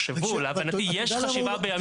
ויחשבו, להבנתי יש חשיבה בימים אלה.